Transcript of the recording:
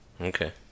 Okay